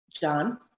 John